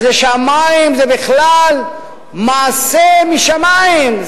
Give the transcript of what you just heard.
על זה שהמים זה בכלל מעשה משמים,